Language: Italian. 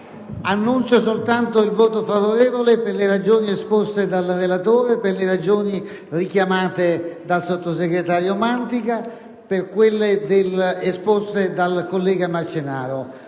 annunzio soltanto il mio voto favorevole, per le ragioni esposte dal relatore e per quelle richiamate dal sottosegretario Mantica, nonché per quelle illustrate dal collega Marcenaro.